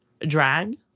Drag